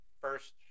First